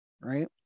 right